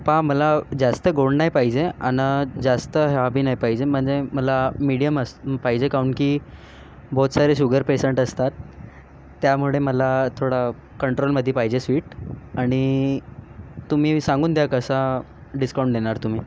पहा मला जास्त गोड नाही पाहिजे आणि जास्त हा बी नाही पाहिजे म्हणजे मला मिडीयम पाहिजे काहून की बहोत सारे शुगर पेशंट असतात त्यामुळे मला थोडा कंट्रोलमध्ये पाहिजे स्वीट आणि तुम्ही सांगून द्या कसा डिस्काउंट देणार तुम्ही